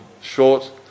short